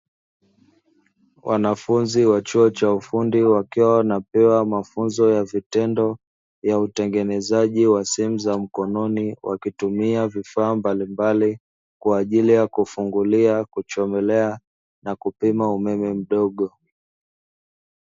Wanafunzi wa chuo cha ufundi wakiwa wanapewa mafunzo ya vitendo ya utengenezaji wa simu za mkononi wakitumia vifaa mbalimbali kwaajili ya kufungulia, kuchomelea na kupima umeme mdogo.